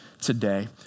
today